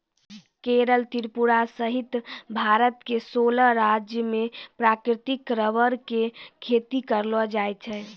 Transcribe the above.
केरल त्रिपुरा सहित भारत के सोलह राज्य मॅ प्राकृतिक रबर के खेती करलो जाय छै